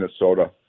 Minnesota